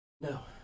No